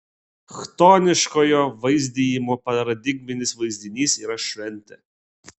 chtoniškojo vaizdijimo paradigminis vaizdinys yra šventė